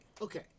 okay